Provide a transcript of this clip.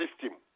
system